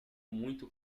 muito